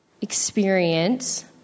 experience